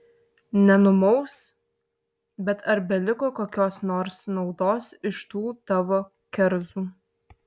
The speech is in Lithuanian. nenumaus bet ar beliko kokios nors naudos iš tų tavo kerzų